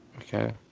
Okay